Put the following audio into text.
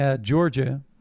Georgia